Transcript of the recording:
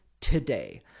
today